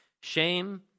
shame